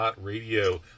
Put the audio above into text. Radio